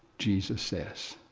jesus says,